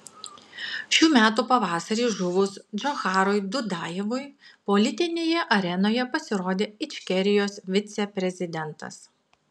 šių metų pavasarį žuvus džocharui dudajevui politinėje arenoje pasirodė ičkerijos viceprezidentas